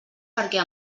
perquè